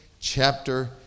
chapter